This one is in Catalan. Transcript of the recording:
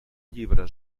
llibre